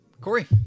Corey